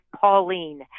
Pauline